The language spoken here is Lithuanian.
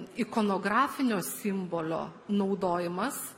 ikonografinio simbolio naudojimas